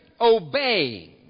obeying